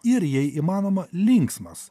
ir jei įmanoma linksmas